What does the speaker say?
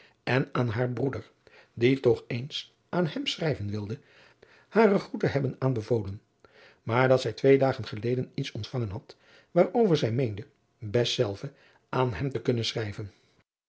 en aan haar broeder die toch eens aan hem schrijven wilde hare groete hebben aanbevolen maar dat zij twee dagen geleden iets ontvangen had waarover zij meende best zelve aan hem te kunnen schrijven